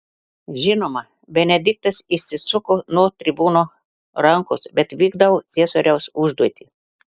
žinoma benediktas išsisuko nuo tribūno rankos bet vykdau ciesoriaus užduotį